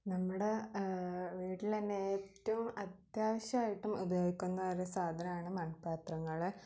നമ്മുടെ വീട്ടിലന്നെ ഏറ്റോം അത്യാവശ്യമായിട്ടും ഉപയോഗിക്കുന്ന ഒരു സാധനമാണ് മൺപാത്രങ്ങൾ